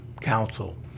Council